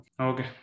okay